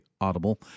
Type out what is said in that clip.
Audible